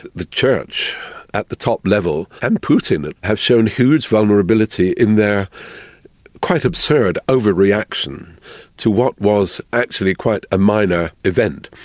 the church at the top level and putin have shown huge vulnerability in their quite absurd overreaction to what was actually quite a minor event.